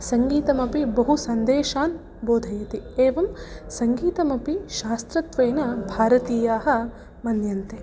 सङ्गीतमपि बहु सन्देशान् बोधयति एवं सङ्गीतमपि शास्त्रत्वेन भारतीयाः मन्यन्ते